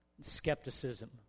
skepticism